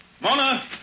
Mona